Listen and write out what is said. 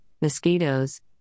mosquitoes